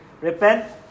Repent